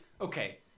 okay